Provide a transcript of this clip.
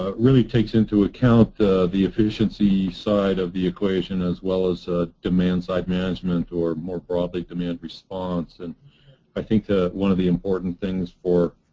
ah really takes into account the the efficiency side of the equation as well as ah demand-side management or, more broadly, demand response. and i think ah one of the important things for